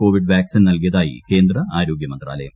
Covid vaccine നൽകിയതായി കേന്ദ്ര ആരോഗ്യമന്ത്രാലയം